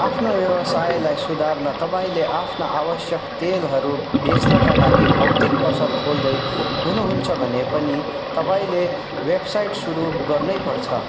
आफ्नो व्यवसायलाई सुधार्न तपाईँँले आफ्ना आवश्यक तेलहरू बेच्नाका लागि भौतिक पसल खोल्दै हुनुहुन्छ भने पनि तपाईँँले वेबसाइट सुरु गर्नैपर्छ